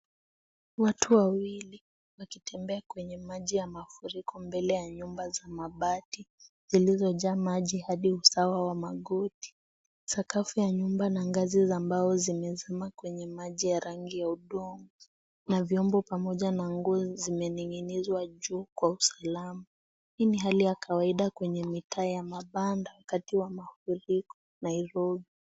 Watu wawli wakitembea kwenye maji ya mafuriko mbele ya nyumba za mabati zilizojaa maji hadi usawa wa goti. Sakafu ya nyumba na ngazi za mbao zimezama kwenye maji yenye rangi ya udongo na vyombo pamoja na nguo zimening'inizwa juu kwa usalama. Hii ni hali ya kawaida kwenye mitaa ya mabanda wakati wa mafuriko Nairobi.